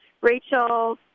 Rachel